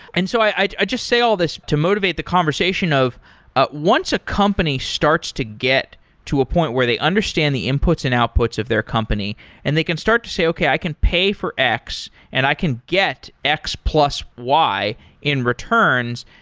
and so i i just say all these to motivate the conversation of ah once a company starts to get to a point where they understand the inputs and outputs of their company and they can start to say, okay, i can pay for x and i get x plus y in returns,